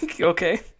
Okay